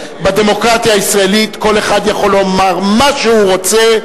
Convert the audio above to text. בדמוקרטיה הישראלית כל אחד יכול לומר מה שהוא רוצה,